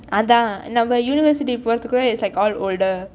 அதான் நம்ம:athaan namma university போறதுக்குள்ளே:porathukullei is all older